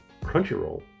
Crunchyroll